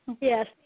Yes